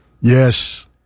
Yes